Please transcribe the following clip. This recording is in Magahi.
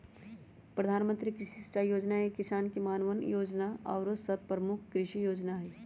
प्रधानमंत्री कृषि सिंचाई जोजना, किसान मानधन जोजना आउरो सभ प्रमुख कृषि जोजना हइ